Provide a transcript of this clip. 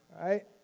right